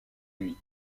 lui